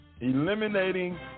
Eliminating